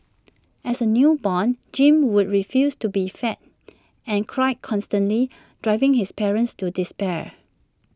as A newborn Jim would refuse to be fed and cried constantly driving his parents to despair